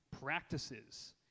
practices